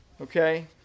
Okay